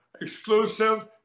exclusive